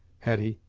hetty,